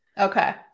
Okay